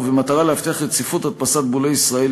ובמטרה להבטיח רציפות הדפסת בולי ישראל,